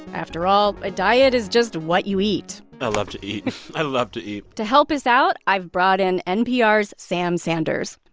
after all, a diet is just what you eat i love to eat. i love to eat to help us out, i've brought in npr's sam sanders.